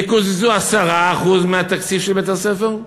יקוזזו 10% מהתקציב של בית-הספר,